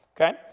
Okay